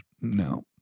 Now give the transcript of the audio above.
No